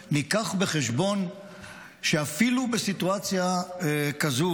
שניקח בחשבון שאפילו בסיטואציה כזו,